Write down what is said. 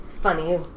Funny